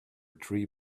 tree